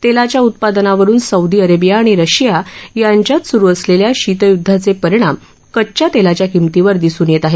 तेलाच्या उत्पादनावरुन Saudi Arabia आणि रशिया यांच्यात सुरु असलेल्या शीतयुद्धाचे परिणाम कच्या तेलाच्या किंमतीवर दिसून येत आहेत